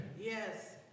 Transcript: Yes